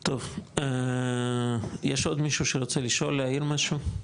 טוב, יש עוד מישהו שרוצה לשאול, להעיר משהו?